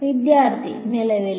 വിദ്യാർത്ഥി നിലവിലെ